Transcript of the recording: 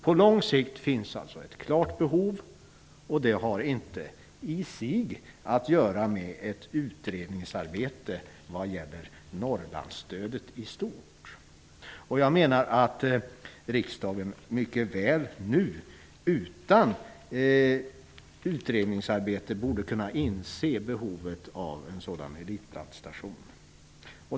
På lång sikt finns således ett klart behov, vilket i sig inte har att göra med ett utredningsarbete när det gäller Norrlandsstödet i stort. Jag anser att riksdagen mycket väl nu utan utredningsarbete borde kunna inse behovet av en sådan elitplantstation.